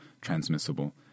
transmissible